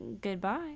Goodbye